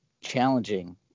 challenging